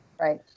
Right